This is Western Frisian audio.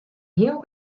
heel